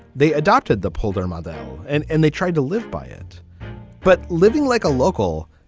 they adopted the pull their mother. and and they tried to live by it but living like a local.